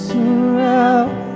Surround